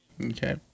Okay